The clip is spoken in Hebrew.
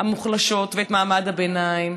המוחלשות ואת מעמד הביניים.